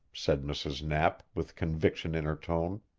said mrs. knapp, with conviction in her tone.